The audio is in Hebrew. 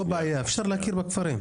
זו לא בעיה, אפשר להקים בכפרים.